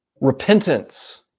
Repentance